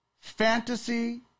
fantasy